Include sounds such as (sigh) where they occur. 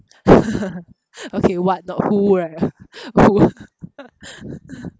(laughs) okay what not who right who (laughs)